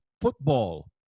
football